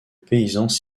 paysans